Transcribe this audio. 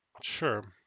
Sure